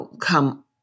come